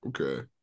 Okay